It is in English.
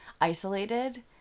isolated